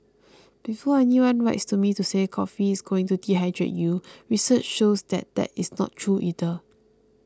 before anyone writes to me to say coffee is going to dehydrate you research shows that there is not true either